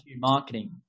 marketing